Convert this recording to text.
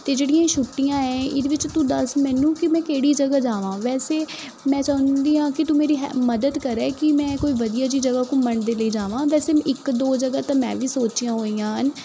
ਅਤੇ ਜਿਹੜੀਆਂ ਛੁੱਟੀਆਂ ਹੈ ਇਹਦੇ ਵਿੱਚ ਤੂੰ ਦੱਸ ਮੈਨੂੰ ਕਿ ਮੈਂ ਕਿਹੜੀ ਜਗ੍ਹਾ ਜਾਵਾਂ ਵੈਸੇ ਮੈਂ ਚਾਹੁੰਦੀ ਹਾਂ ਕਿ ਤੂੰ ਮੇਰੀ ਹੈਲ ਮਦਦ ਕਰੇ ਕਿ ਮੈਂ ਕੋਈ ਵਧੀਆ ਜਿਹੀ ਜਗ੍ਹਾ ਘੁੰਮਣ ਦੇ ਲਈ ਜਾਵਾਂ ਵੈਸੇ ਇੱਕ ਦੋ ਜਗ੍ਹਾ ਤਾਂ ਮੈਂ ਵੀ ਸੋਚੀਆਂ ਹੋਈਆਂ ਹਨ